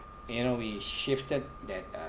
you know we shifted that uh